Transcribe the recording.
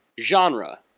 Genre